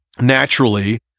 Naturally